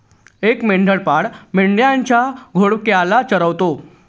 एक मेंढपाळ मेंढ्यांच्या घोळक्याला चरवतो